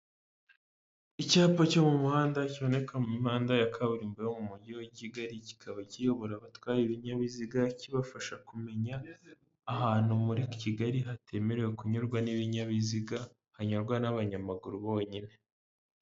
Icyapa cyo mu muhanda kiboneka mu mihanda ya kaburimbo yo mu mugi wa Kigali, kikaba kiyobora abatwaye ibinyabiziga, kibafasha kumenya ahantu muri Kigali hatemerewe kunyurwa n'ibinyabiziga hanyurwa n'abanyamaguru bonyine.